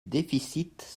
déficit